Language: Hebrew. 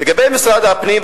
לגבי משרד הפנים,